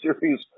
Series